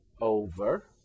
over